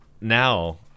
now